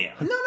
no